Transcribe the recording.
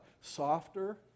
Softer